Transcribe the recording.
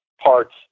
parts